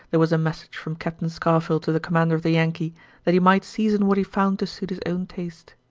there was a message from captain scarfield to the commander of the yankee that he might season what he found to suit his own taste.